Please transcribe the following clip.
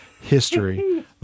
history